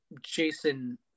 Jason